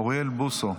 אוריאל בוסו,